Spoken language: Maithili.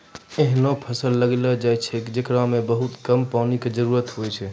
ऐहनो फसल लगैलो जाय छै, जेकरा मॅ बहुत कम पानी के जरूरत होय छै